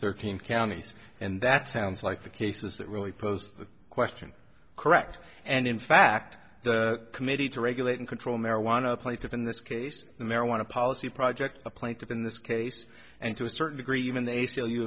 thirteen counties and that sounds like the cases that really pose the question correct and in fact the committee to regulate and control marijuana plaintiffs in this case the marijuana policy project a plaintiff in this case and to a certain degree even the a